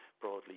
broadly